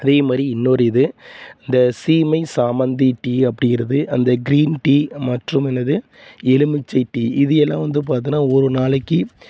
அதே மாதிரி இன்னொரு இது இந்த சீமை சாமந்தி டீ அப்படிங்கிறது அந்த க்ரீன் டீ மற்றும் என்னது எலுமிச்சை டீ இது எல்லாம் வந்து பார்த்தின்னா ஒவ்வொரு நாளைக்கு